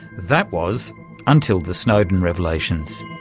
that was until the snowden revelations